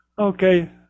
okay